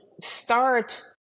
start